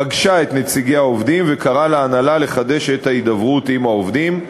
פגשה את נציגי העובדים וקראה להנהלה לחדש את ההידברות עם העובדים.